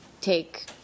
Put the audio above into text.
take